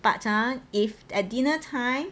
but ah if at dinner time